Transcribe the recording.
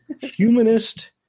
humanist